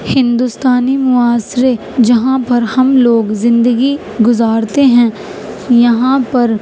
ہندوستانی معاشرے جہاں پر ہم لوگ زندگی گزارتے ہیں یہاں پر